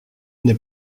n’est